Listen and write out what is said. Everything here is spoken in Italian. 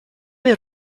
del